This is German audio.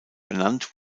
benannt